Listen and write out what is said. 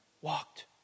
walked